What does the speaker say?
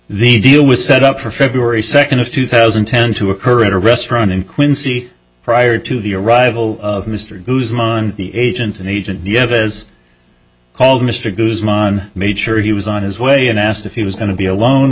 the deal was set up for february second of two thousand and ten to occur at a restaurant in quincy prior to the arrival of mr guzman the agent an agent you have as called mr guzman made sure he was on his way and asked if he was going to be alone